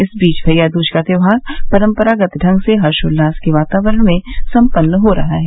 इस बीच भैया दूज का त्योहार परम्परागत ढंग से हर्षोल्लास के वातावरण में संपन्न हो रहा है